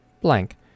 blank